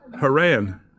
Haran